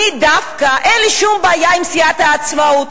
אני, דווקא אין לי שום בעיה עם סיעת העצמאות.